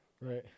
Right